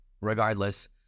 Regardless